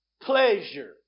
pleasure